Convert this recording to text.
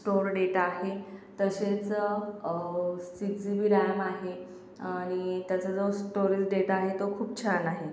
store data आहे तसेच six G B RAM आहे आणि त्याचा जो स्टोरेज डेटा आहे तो खूप छान आहे